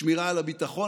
שמירה על הביטחון,